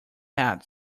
cat